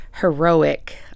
heroic